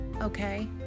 okay